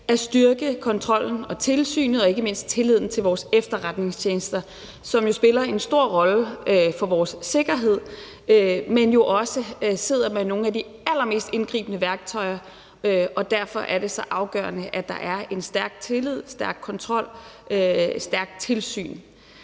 at styrke kontrollen og tilsynet med og ikke mindst tilliden til vores efterretningstjenester, som spiller en stor rolle for vores sikkerhed, men jo også sidder med nogle af de allermest indgribende værktøjer. Derfor er det så afgørende, at der er en stærk tillid, en stærk kontrol og et stærkt tilsyn,